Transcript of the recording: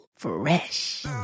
Fresh